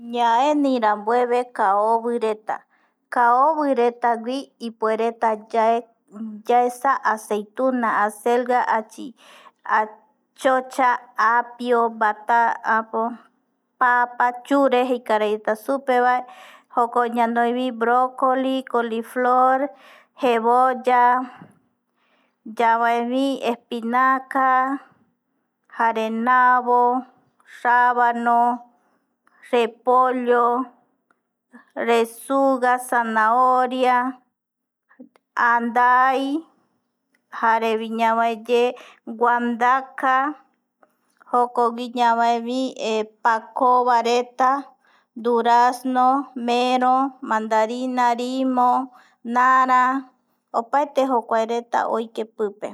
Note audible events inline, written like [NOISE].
Ñaenii rambueve kaovireta, kaovi retagui ipuereta yae [HESITATION] yaesa aceituna acelga, achi, achocha, apio, [HESITATION] apo papa, chure, jei karaireta supevae joko ñanoivi brocoli coliflor, jevoya, yavaevi espinaca jare navo, rabano, repollo, resuga, sanahoria andai, jarevi ñavaeye guandaka jokogui ñavaevi [HESITATION] pakovareta, durazno, mero, mandarina, rimo, nara, opaete jokuareta oike pipe [NOISE]